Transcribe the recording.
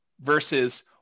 versus